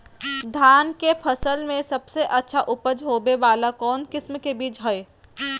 धान के फसल में सबसे अच्छा उपज होबे वाला कौन किस्म के बीज हय?